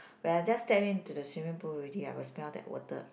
when I just step into the swimming pool already I will smell that water